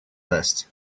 list